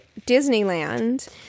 Disneyland